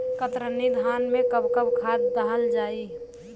कतरनी धान में कब कब खाद दहल जाई?